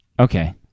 Okay